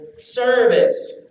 service